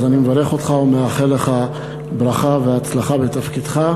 אז אני מברך אותך ומאחל לך ברכה והצלחה בתפקידך.